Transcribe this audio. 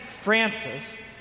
Francis